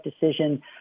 decision